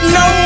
no